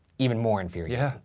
even more infuriating. yeah.